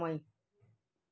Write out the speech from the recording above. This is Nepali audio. समय